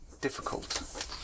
difficult